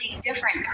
different